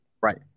Right